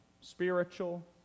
spiritual